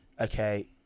okay